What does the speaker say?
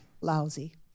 lousy